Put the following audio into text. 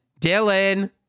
Dylan